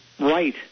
Right